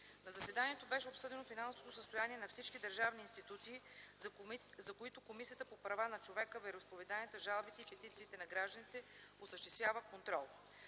На заседанието беше обсъдено финансовото състояние на всички държавни институции, за които Комисията по правата на човека, вероизповеданията, жалбите и петициите на гражданите осъществява контрол.